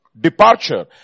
Departure